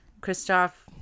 Christoph